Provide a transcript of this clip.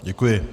Děkuji.